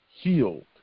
healed